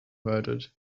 murdered